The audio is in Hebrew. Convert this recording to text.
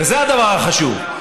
וזה הדבר החשוב.